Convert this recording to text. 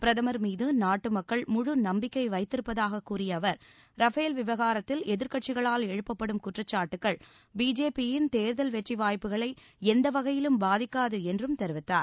பிரதமர் மீது நாட்டு மக்கள் முழு நம்பிக்கை வைத்திருப்பதாகக் கூறிய அவர் ரஃபேல் விவகாரத்தில் எதிர்க்கட்சிகளால் எழுப்பப்படும் குற்றச்சாட்டுகள் பிஜேபியின் தேர்தல் வெற்றி வாய்ப்புகளை எந்த வகையிலும் பாதிக்காது என்றும் தெரிவித்தார்